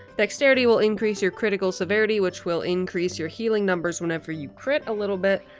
dexterity will increase your critical severity, which will increase your healing numbers whenever you crit a little bit,